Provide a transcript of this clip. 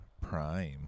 Prime